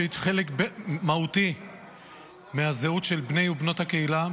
שהיא חלק מהותי מהזהות של בני ובנות הקהילה,